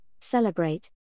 Celebrate